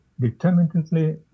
determinedly